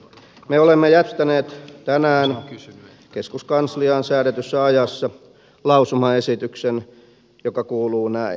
me olemme jättäneet tänään keskuskansliaan säädetyssä ajassa lausumaesityksen joka kuuluu näin